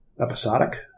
episodic